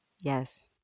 Yes